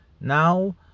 now